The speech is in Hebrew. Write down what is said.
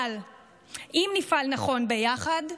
אבל אם נפעל נכון ביחד,